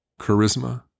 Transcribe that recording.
charisma